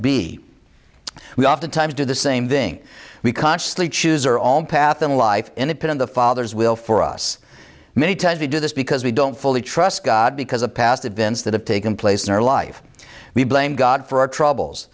b we oftentimes do the same thing we consciously choose our own path in life and put in the father's will for us many times we do this because we don't fully trust god because of past events that have taken place in our life we blame god for our troubles